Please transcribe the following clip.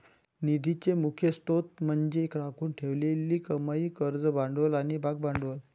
निधीचे मुख्य स्त्रोत म्हणजे राखून ठेवलेली कमाई, कर्ज भांडवल आणि भागभांडवल